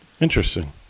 Interesting